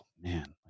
man